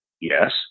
yes